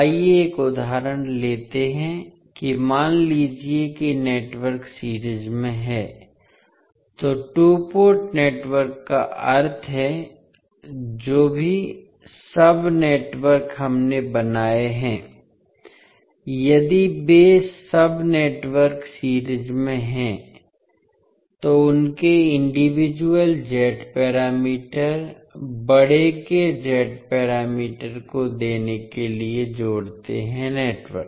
आइए एक उदाहरण लेते हैं कि मान लीजिए कि नेटवर्क सीरीज में है तो टू पोर्ट नेटवर्क का अर्थ है जो भी सब नेटवर्क हमने बनाए हैं यदि ये सब नेटवर्क सीरीज में हैं तो उनके इंडिविजुअल z पैरामीटर बड़े के z पैरामीटर को देने के लिए जोड़ते हैं नेटवर्क